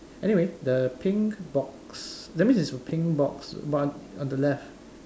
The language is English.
anyway the pink box that means is pink box but on the left